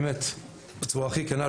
באמת בצורה הכי כנה,